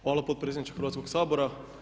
Hvala potpredsjedniče Hrvatskoga sabora.